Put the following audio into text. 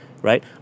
right